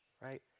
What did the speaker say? right